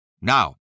Now